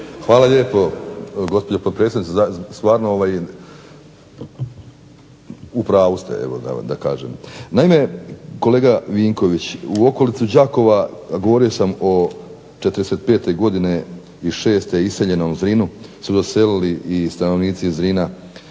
Hvala lijepo, gospođo potpredsjednice. Stvarno evo u pravu ste evo da kažem. Naime kolega Vinković, u okolici Đakova govorio sam '45. i '46. godine je iseljeno u Zrinu su doselili i stanovnici Zrina